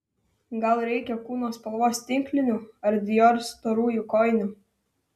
gal reikia kūno spalvos tinklinių ar dior storųjų kojinių